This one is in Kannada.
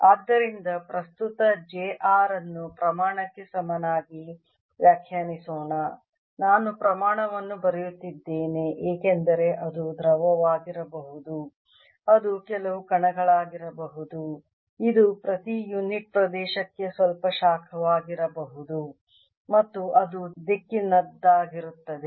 ಆದ್ದರಿಂದ ಪ್ರಸ್ತುತ j r ಅನ್ನು ಪ್ರಮಾಣಕ್ಕೆ ಸಮನಾಗಿ ವ್ಯಾಖ್ಯಾನಿಸೋಣ ನಾನು ಪ್ರಮಾಣವನ್ನು ಬರೆಯುತ್ತಿದ್ದೇನೆ ಏಕೆಂದರೆ ಅದು ದ್ರವವಾಗಿರಬಹುದು ಅದು ಕೆಲವು ಕಣಗಳಾಗಿರಬಹುದು ಇದು ಪ್ರತಿ ಯುನಿಟ್ ಪ್ರದೇಶಕ್ಕೆ ಸ್ವಲ್ಪ ಶಾಖವಾಗಿರಬಹುದು ಮತ್ತು ಅದು ದಿಕ್ಕಿನದ್ದಾಗಿರುತ್ತದೆ